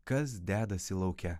kas dedasi lauke